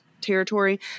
territory